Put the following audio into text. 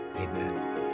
amen